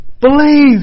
Believe